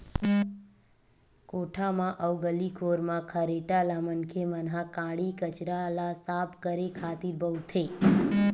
कोठा म अउ गली खोर म खरेटा ल मनखे मन ह काड़ी कचरा ल साफ करे खातिर बउरथे